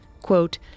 quote